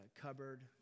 cupboard